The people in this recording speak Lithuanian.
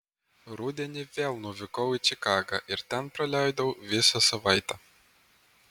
rudenį vėl nuvykau į čikagą ir ten praleidau visą savaitę